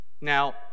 Now